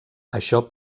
això